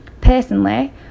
Personally